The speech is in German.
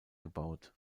gebaut